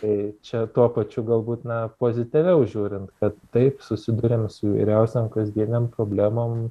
tai čia tuo pačiu galbūt na pozityviau žiūrint kad taip susiduriam su įvairiausiom kasdienėm problemom